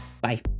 Bye